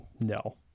No